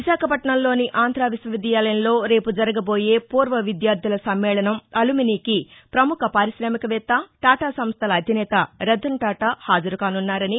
విశాఖపట్నం లోని ఆంధ్రా విశ్వవిద్యాలయంలో రేపు జరగబోయే పూర్వ విద్యార్డుల సమ్మేళనంఅలుమినీకి పముఖ పారికామిక వేత్త టాటా సంస్టల అధినేత రతన్టాటా హాజరుకానున్నారని